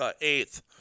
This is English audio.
eighth